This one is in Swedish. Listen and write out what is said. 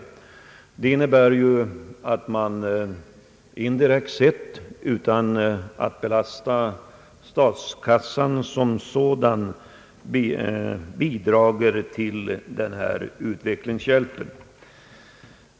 Det innebär att man indirekt, utan att belasta statskassan, bidrar till utvecklingshjälpen.